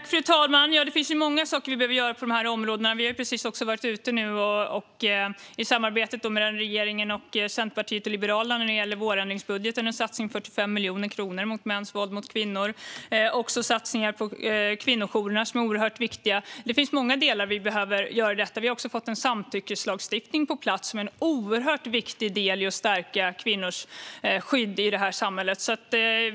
Fru talman! Det finns många saker vi behöver göra på de här områdena. I samarbetet mellan regeringen, Centerpartiet och Liberalerna om vårändringsbudgeten har vi precis gått ut med en satsning på 45 miljoner kronor mot mäns våld mot kvinnor. Vi har också satsningar på kvinnojourerna som är oerhört viktiga. Det finns många delar. Vi har också fått en samtyckeslagstiftning på plats, en oerhört viktig del i att stärka kvinnors skydd i samhället.